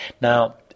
Now